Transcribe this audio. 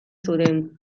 zuten